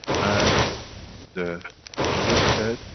and the mother said,